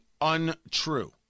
untrue